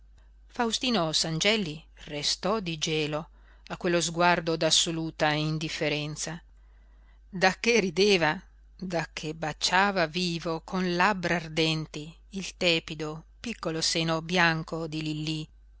piano faustino sangelli restò di gelo a quello sguardo d'assoluta indifferenza da che rideva da che baciava vivo con labbra ardenti il tepido piccolo seno bianco di lillí